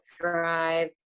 thrive